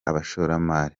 abashoramari